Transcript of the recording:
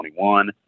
2021